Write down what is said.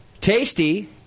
Tasty